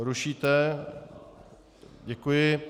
Rušíte, děkuji.